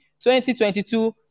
2022